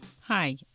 Hi